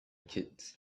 kids